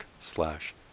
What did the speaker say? slash